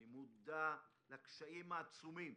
אני מודע לקשיים העצומים.